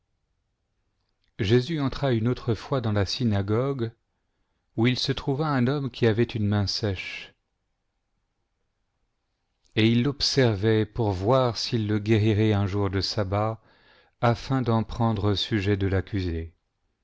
une autre fois dans la synagogue où il se trouva un homme qui avait une main sèche et ils l'observaient pour voir s'il le guérirait un jour de sabbat afin d'en prendre sujet de l'accuser